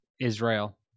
Israel